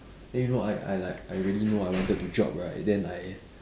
then you know I I like I already know I wanted to drop right then I